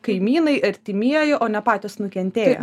kaimynai artimieji o ne patys nukentėję